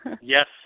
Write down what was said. Yes